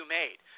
made